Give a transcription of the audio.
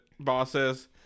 Bosses